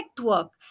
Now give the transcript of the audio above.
work